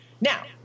Now